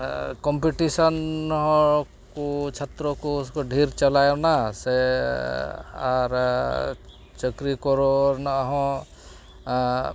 competition ᱦᱚᱸ ᱠᱚ ᱪᱷᱟᱛᱨᱚ ᱠᱚ ᱰᱷᱮᱨ ᱪᱟᱞᱟᱣᱮᱱᱟ ᱥᱮ ᱟᱨ ᱪᱟᱹᱠᱨᱤ ᱠᱚᱨᱮᱱᱟᱜ ᱦᱚᱸ